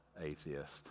atheist